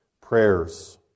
prayers